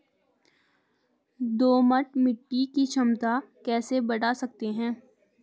दोमट मिट्टी की क्षमता कैसे बड़ा सकते हैं?